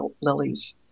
lilies